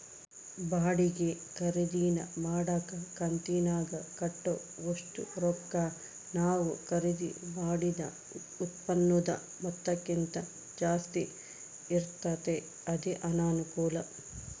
ಬಾಡಿಗೆ ಖರೀದಿನ ಮಾಡಕ ಕಂತಿನಾಗ ಕಟ್ಟೋ ಒಷ್ಟು ರೊಕ್ಕ ನಾವು ಖರೀದಿ ಮಾಡಿದ ಉತ್ಪನ್ನುದ ಮೊತ್ತಕ್ಕಿಂತ ಜಾಸ್ತಿ ಇರ್ತತೆ ಅದೇ ಅನಾನುಕೂಲ